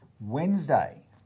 Wednesday